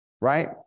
right